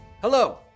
hello